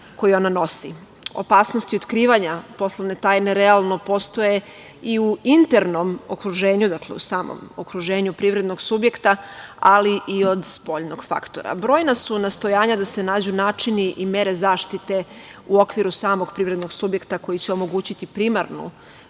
koju ona nosi, opasnosti otkrivanja poslovne tajne realno postoje i u internom okruženju, u samom okruženju privrednog subjekta, ali i od spoljnog faktora. Brojna su nastojanja da se nađu načini i mere zaštite u okviru samog privrednog subjekta koji će omogućiti primarnu